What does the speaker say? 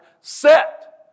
set